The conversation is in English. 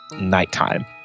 nighttime